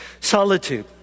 Solitude